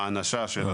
האנשה של הדרכון.